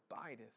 abideth